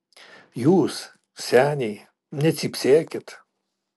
jūs seniai necypsėkit